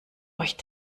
euch